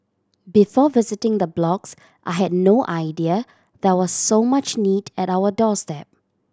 before visiting the blocks I had no idea there was so much need at our doorstep